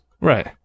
Right